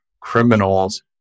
criminals